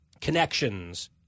connections